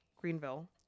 Greenville